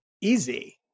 easy